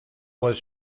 was